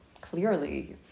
clearly